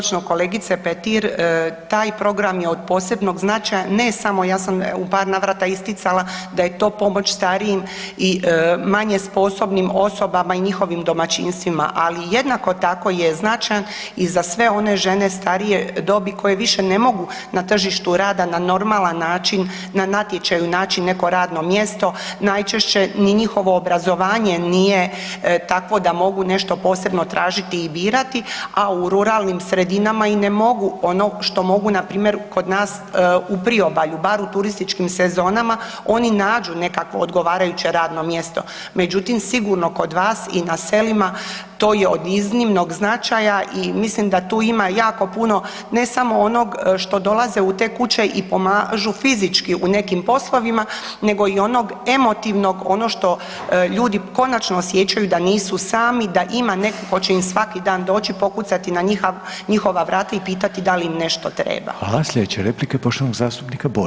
Točno kolegice Petir, taj program je od posebnog značaja, ne samo, ja sam u par navrata isticala da je to pomoć starijim i manje sposobnim osobama i njihovim domaćinstvima ali jednako tako je značajan i za sve one žene starije dobi koje više ne mogu na tržištu rada na normalan način na natječaju naći neko radno mjesto, najčešće ni njihovo obrazovanje nije takvo da mogu nešto posebno tražiti i birati, a u ruralnim sredinama i ne mogu ono što mogu npr. kod nas u priobalju, bar u turističkim sezonama, oni nađu nekakvo odgovarajuće radno mjesto međutim sigurno kod vas i na selima, to je od iznimnog značaja i mislim da tu ima jako puno ne samo onog što dolaze u te kuće i pomažu fizički u nekim poslovima, nego i onog emotivnog, ono što ljudi konačno osjećaju da nisu sami, da ima neko ko će im svaki dan doći, pokucati na njihova vrata i pitati da li im nešto treba.